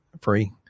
free